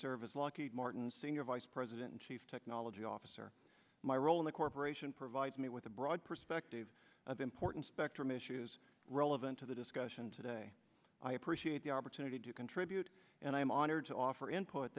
lucky martin senior vice president and chief technology officer my role in the corporation provides me with a broad perspective of important spectrum issues relevant to the discussion today appreciate the opportunity to contribute and i am honored to offer input